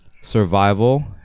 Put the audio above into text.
survival